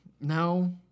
No